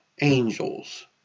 angels